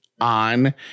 on